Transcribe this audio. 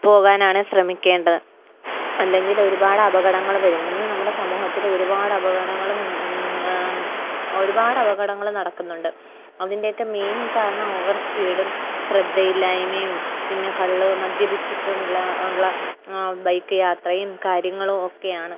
പോകാനാണ് ശ്രമിക്കേണ്ടത് അല്ലെങ്കിൽ ഒരുപാട് അപകടങ്ങള് വരും ഇന്ന് നമ്മുടെ സമൂഹത്തില് ഒരുപാട് അപകടങ്ങള് ഒരുപാട് അപകടങ്ങള് നടക്കുന്നുണ്ട് അതിൻ്റെേറ്റ മെയിൻ കാരണം ഓവർ സ്പീഡും ശ്രദ്ധയില്ലായ്മേയും പിന്നെ ക മദ്യ്യപിച്ചിട്ടുള്ള ഒള്ള ബൈക്ക് യാത്രയും കാര്യങ്ങളും ഒക്കെയാണ്